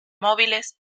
móviles